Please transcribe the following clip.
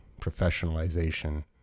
professionalization